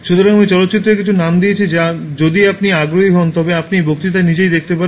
সুতরাং আমি চলচ্চিত্রের কিছু নাম দিয়েছি যা যদি আপনি আগ্রহী হন তবে আপনি বক্তৃতায় নিজেই দেখতে পারেন